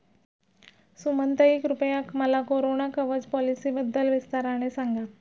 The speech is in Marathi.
सुमनताई, कृपया मला कोरोना कवच पॉलिसीबद्दल विस्ताराने सांगा